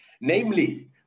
Namely